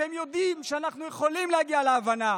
אתם יודעים שאנחנו יכולים להגיע להבנה.